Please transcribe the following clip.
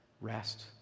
rest